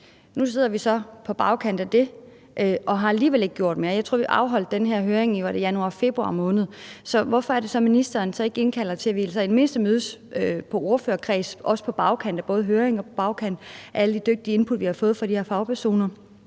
Nu sidder vi så på bagkant af det og har alligevel ikke gjort mere. Jeg tror, vi afholdt den her høring i januar-februar måned, så hvorfor er det, at ministeren ikke indkalder til et møde, så vi i det mindste mødes i ordførerkredsen – også på bagkant af både høringer og alle de input, vi har fået fra de her dygtige fagpersoner,